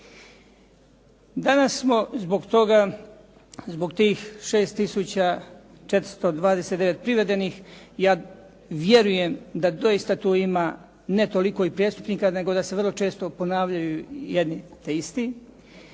Danas smo zbog toga, zbog tih 6 tisuća 429 privedenih ja vjerujem da doista tu ima ne toliko i prijestupnika, nego da se vrlo često ponavljaju jedno te isti.